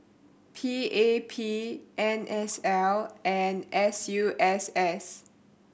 P A P N S L and S U S S